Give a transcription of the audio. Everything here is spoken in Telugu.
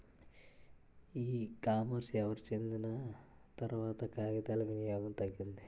ఈ కామర్స్ ఎవరు చెందిన తర్వాత కాగితాల వినియోగం తగ్గింది